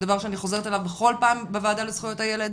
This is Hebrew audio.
דבר שאני חוזרת עליו בכל פעם בוועדה לזכויות הילד,